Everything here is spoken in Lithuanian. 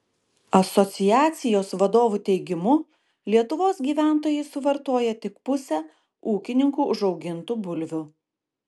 asociacijos vadovų teigimu lietuvos gyventojai suvartoja tik pusę ūkininkų užaugintų bulvių